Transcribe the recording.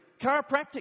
chiropractic